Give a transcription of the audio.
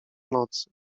nocy